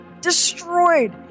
destroyed